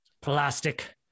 plastic